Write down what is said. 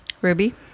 Ruby